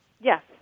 Yes